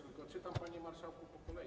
Tylko czytam, panie marszałku, po kolei.